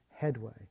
headway